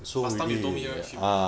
last time you told me right she